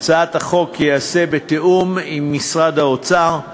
החוק ייעשה בתיאום עם משרד האוצר.